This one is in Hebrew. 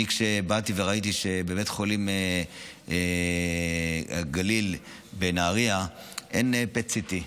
באתי וראיתי שבבית חולים לגליל בנהריה אין PET-CT,